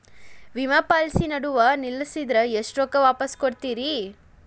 ವಿಮಾ ಪಾಲಿಸಿ ನಡುವ ನಿಲ್ಲಸಿದ್ರ ಎಷ್ಟ ರೊಕ್ಕ ವಾಪಸ್ ಕೊಡ್ತೇರಿ?